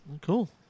Cool